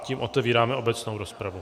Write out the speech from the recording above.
Tím otevírám i obecnou rozpravu.